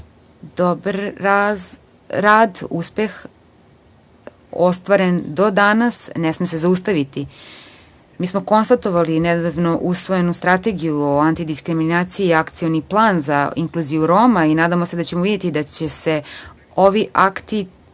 dobar rad i uspeh ostvaren do danas ne sme se zaustaviti. Konstatovali smo nedavno usvojenu Strategiju o antidiskriminaciji i Akcioni plan za inkluziju Roma. Nadamo se da ćemo videti da će se ovi akti